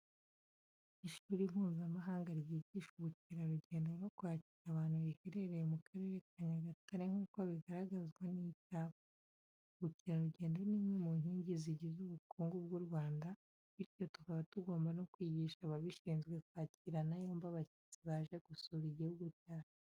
Ishuri mpuzamahanga ryigisha ubukerarugendo no kwakira abantu riherereye mu Karere ka Nyagatare nk'uko bigaragazwa n'icyapa. Ubukerarugendo ni imwe mu nkingi zigize ubukungu bw'u Rwanda, bityo tukaba tugomba no kwigisha abashinzwe, kwakirana yombi abashyitsi baje gusura igihugu cyacu.